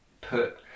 put